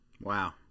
Wow